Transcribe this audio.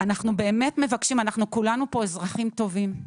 אנחנו כולנו כאן אזרחים טובים,